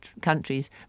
countries